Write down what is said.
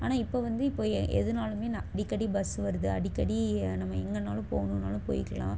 ஆனால் இப்போ வந்து இப்போ எ எதுனாலுமே நான் அடிக்கடி பஸ்ஸு வருது அடிக்கடி நம்ம எங்கேன்னாலும் போகணுன்னாலும் போயிக்கலாம்